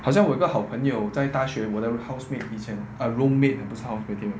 好像我有一个好朋友在大学 whatever housemate 以前 your roommate 不是 housemate